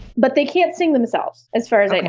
but they can't sting themselves as far, as i know.